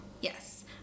Yes